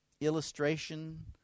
illustration